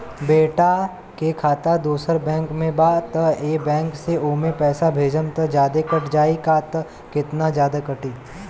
बेटा के खाता दोसर बैंक में बा त ए बैंक से ओमे पैसा भेजम त जादे कट जायी का त केतना जादे कटी?